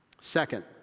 Second